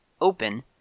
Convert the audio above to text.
open